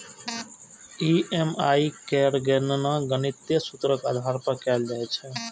EMI केर गणना गणितीय सूत्रक आधार पर कैल जाइ छै